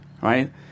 right